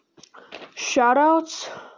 shoutouts